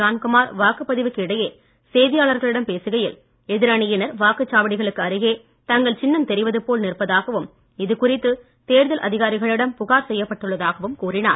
ஜான்குமார் வாக்குப்பதிவுக்கு இடையே செய்தியாளர்களிடம் பேசுகையில் எதிரணியினர் வாக்குச்சாவடிகளுக்கு அருகே தங்கள் சின்னம் தெரிவது போல் நிற்பதாகவும் இதுகுறித்து தேர்தல் அதிகாரிகளிடம் புகார் செய்யப்பட்டுள்ளதாகவும் கூறினார்